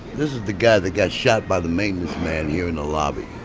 this is the guy that got shot by the maintenance man here in the lobby.